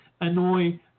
annoy